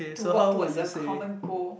to work towards a common goal